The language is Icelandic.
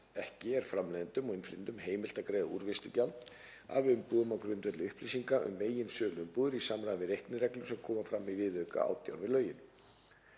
ekki er framleiðendum og innflytjendum heimilt að greiða úrvinnslugjald af umbúðum á grundvelli upplýsinga um meginsöluumbúðir í samræmi við reiknireglur sem koma fram í viðauka XVIII við lögin.